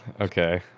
okay